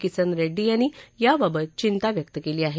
किसन रेङ्डी यांनी याबाबत चिंता व्यक्त केली आहे